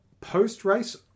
post-race